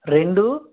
రెండు